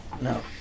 no